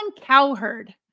Cowherd